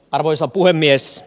arvoisa puhemies